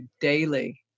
daily